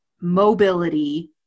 mobility